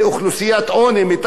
מתחת לקו העוני.